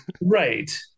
right